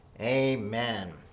amen